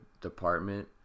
department